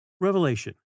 REVELATION